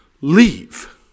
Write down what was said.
leave